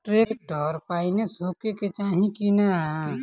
Tractor पाईनेस होखे के चाही कि ना?